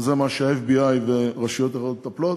מה שה-FBI ורשויות אחרות מטפלות,